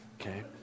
okay